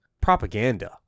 propaganda